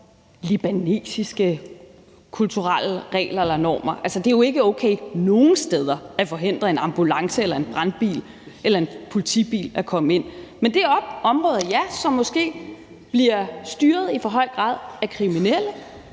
libanesiske kulturelle regler eller normer – altså, det er jo ikke okay nogen steder at forhindre en ambulance eller en brandbil eller en politibil i at komme ind. Men det er et område, som, ja, måske i for høj grad bliver styret af kriminelle